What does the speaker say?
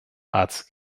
arzt